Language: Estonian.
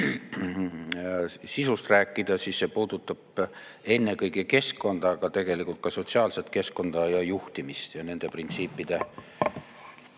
sisust rääkida, siis see puudutab ennekõike keskkonda, aga tegelikult ka sotsiaalset keskkonda ja juhtimist ja nende printsiipide